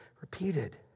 repeated